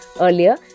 Earlier